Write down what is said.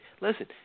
Listen